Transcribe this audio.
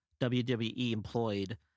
WWE-employed